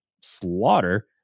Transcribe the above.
slaughter